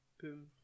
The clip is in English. Boom